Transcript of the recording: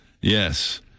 Yes